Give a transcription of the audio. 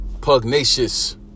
pugnacious